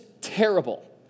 terrible